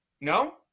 No